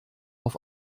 auf